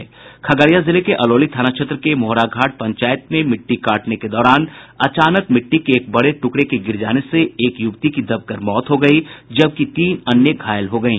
खगड़िया जिले के अलौली थाना क्षेत्र के मोहरा घाट पंचायत में मिट्टी काटने के दौरान अचानक मिट्टी के एक बड़े टुकड़े के गिर जाने से एक युवती की मौत हो गयी जबकि तीन अन्य घायल हो गयी